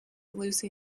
lucy